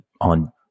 on